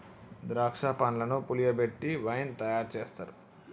ద్రాక్ష పండ్లను పులియబెట్టి వైన్ తయారు చేస్తారు